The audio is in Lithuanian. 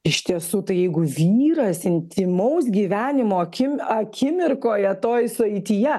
iš tiesų tai jeigu vyras intymaus gyvenimo akim akimirkoje toj sueityje